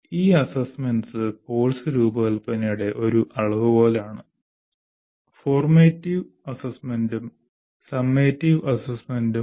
ഈ assessments course രൂപകൽപ്പനയുടെ ഒരു അളവുകോലാണ് ഫോർമാറ്റീവ് അസസ്മെന്റും സമ്മേറ്റിവ് അസസ്മെന്റും